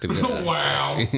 Wow